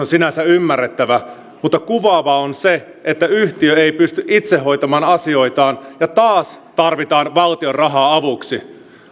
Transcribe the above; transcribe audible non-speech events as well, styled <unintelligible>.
<unintelligible> sinänsä ymmärrettävä mutta kuvaavaa on se että yhtiö ei pysty itse hoitamaan asioitaan ja taas tarvitaan valtion rahaa avuksi